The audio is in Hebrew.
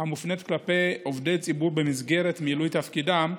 כלפי עובדי ציבור במסגרת מילוי תפקידם,